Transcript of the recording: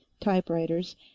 typewriters